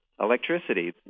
electricity